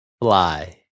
fly